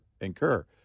incur